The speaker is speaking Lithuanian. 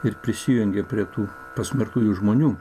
ir prisijungė prie tų pasmerktųjų žmonių